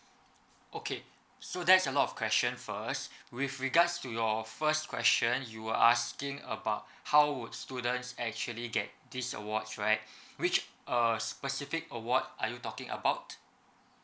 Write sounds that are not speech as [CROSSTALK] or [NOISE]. okay so that's a lot of question first [BREATH] with regards to your first question you were asking about [BREATH] how would students actually get these awards right [BREATH] which uh specific award are you talking about